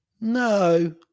No